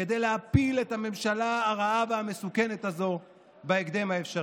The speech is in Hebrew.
כדי להפיל את הממשלה הרעה והמסוכנת הזו בהקדם האפשרי.